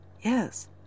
Yes